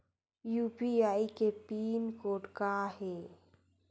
UPI के pin code का हे?